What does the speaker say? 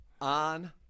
On